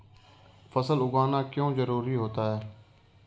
फसल उगाना क्यों जरूरी होता है?